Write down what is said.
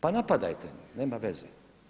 Pa napadajte, nema veze.